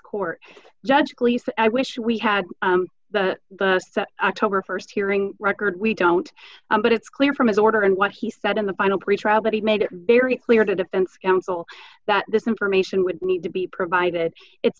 court judge please i wish we had the october st hearing record we don't but it's clear from his order and what he said in the final pretrial that he made it very clear to defense counsel that this information would need to be provided it's